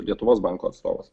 lietuvos banko atstovas